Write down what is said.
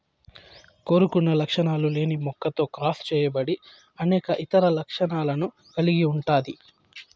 కోరుకున్న లక్షణాలు లేని మొక్కతో క్రాస్ చేయబడి అనేక ఇతర లక్షణాలను కలిగి ఉంటాది